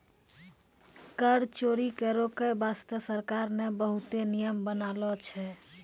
कर चोरी के रोके बासते सरकार ने बहुते नियम बनालो छै